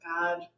God